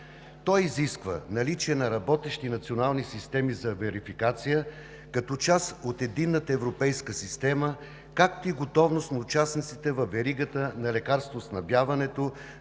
Той изисква наличие на работещи национални системи за верификация като част от Единната европейска система, както и готовност на участниците във веригата на лекарствоснабдяването